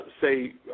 say